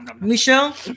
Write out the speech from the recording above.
Michelle